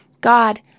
God